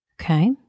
Okay